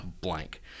blank